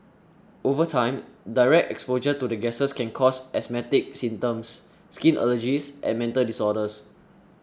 over time direct exposure to the gases can cause asthmatic symptoms skin allergies and mental disorders